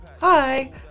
hi